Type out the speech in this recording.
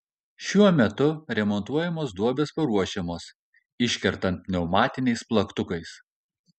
šiuo metu remontuojamos duobės paruošiamos iškertant pneumatiniais plaktukais